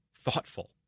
thoughtful